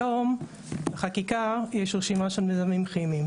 היום בחקיקה יש רשימה של מזהמים כימיים.